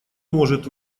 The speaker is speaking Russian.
может